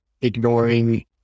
ignoring